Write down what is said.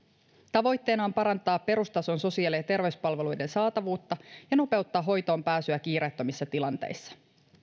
tavoitteena on parantaa perustason sosiaali ja terveyspalveluiden saatavuutta ja nopeuttaa hoitoonpääsyä kiireettömissä tilanteissa